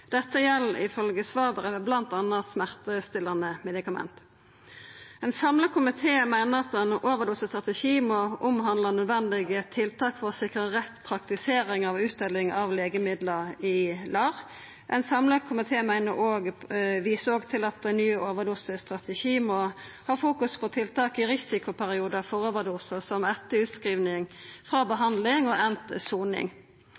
Dette gjeld, ifølgje svarbrevet, bl.a. smertestillande medikament. Ein samla komité meiner at ein overdosestrategi må omhandla nødvendige tiltak for å sikra rett praktisering av utdeling av legemiddel i LAR. Ein samla komité viser òg til at ein ny overdosestrategi må ha fokus på tiltak i risikoperiodar for overdose, som etter utskriving frå behandling og endt soning.